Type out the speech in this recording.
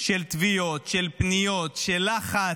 של תביעות, של פניות, של לחץ,